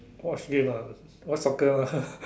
watch game ah watch soccer lah